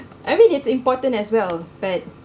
I mean it's important as well but